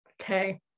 Okay